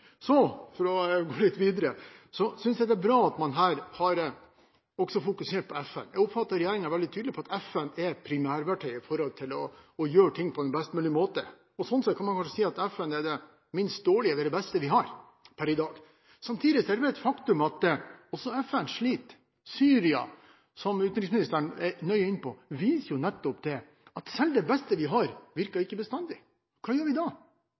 bra at man her også har fokusert på FN. Jeg oppfatter at regjeringen er veldig tydelig på at FN er primærverktøyet når det gjelder å gjøre ting på en best mulig måte. Sånn sett kan man kanskje si at FN er det minst dårlige ved det beste vi har per i dag. Samtidig er det vel et faktum at også FN sliter. Syria, som utenriksministeren kom nøye inn på, viser jo nettopp det, at selv det beste vi har, ikke bestandig virker. Hva gjør vi da?